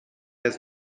has